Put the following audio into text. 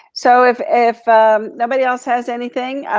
so if if nobody else has anything,